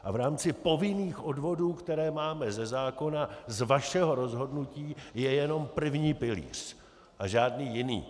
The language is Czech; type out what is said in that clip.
A v rámci povinných odvodů, které máme ze zákona, z vašeho rozhodnutí je jenom první pilíř a žádný jiný.